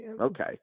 Okay